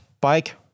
bike